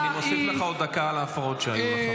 אני מוסיף לך עוד דקה על ההפרעות שהיו לך.